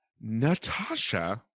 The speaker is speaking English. Natasha